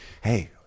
hey